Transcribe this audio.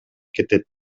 кетет